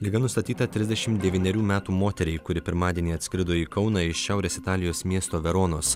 liga nustatyta trisdešimt devynerių metų moteriai kuri pirmadienį atskrido į kauną iš šiaurės italijos miesto veronos